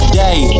day